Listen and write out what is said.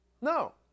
No